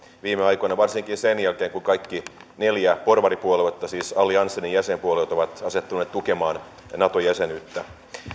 viime aikoina varsinkin sen jälkeen kun kaikki neljä porvaripuoluetta siis alliansenin jäsenpuolueet ovat asettuneet tukemaan nato jäsenyyttä